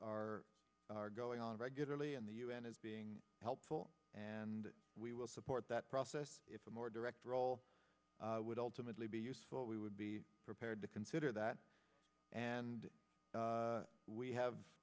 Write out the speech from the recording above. are going on regularly and the u n is being helpful and we will support that process if a more direct role would ultimately be useful we would be prepared to consider that and we have